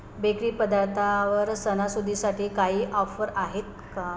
bakery पदार्थावर सणासुदीसाठी काही ऑफर आहेत का